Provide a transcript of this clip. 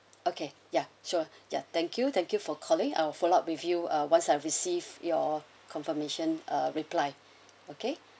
okay ya sure ya thank you thank you for calling I'll follow up with you uh once I've receive your confirmation uh reply okay